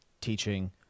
teaching